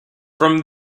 from